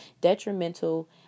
detrimental